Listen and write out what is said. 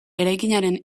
eraikinaren